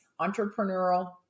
entrepreneurial